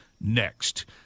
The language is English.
next